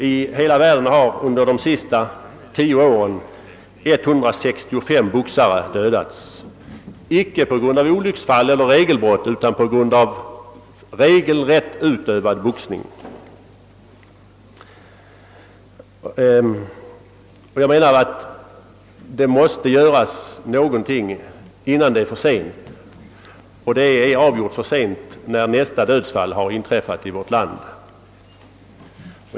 I hela världen har under de senaste tio åren 165 boxare dödats, icke på grund av olycksfall eller regelbrott utan på grund av regelrätt utövad boxning. Jag menar att det måste göras något innan det är för sent, och det är avgjort för sent när nästa dödsfall har inträffat i vårt land.